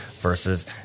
versus